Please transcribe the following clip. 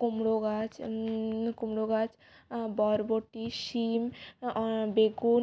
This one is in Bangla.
কুমড়ো গাছ কুমড়ো গাছ বরবটি শিম বেগুন